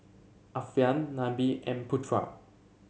Alfian Nabil and Putra